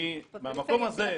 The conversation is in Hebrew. מהמקום הזה,